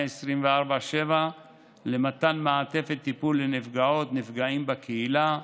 24/7 למתן מעטפת טיפול לנפגעות ונפגעים בקהילה,